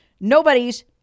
Nobody's